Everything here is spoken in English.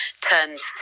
turns